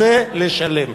רוצה לשלם.